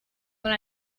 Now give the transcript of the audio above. then